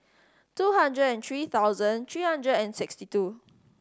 two hundred and three thousand three hundred and sixty two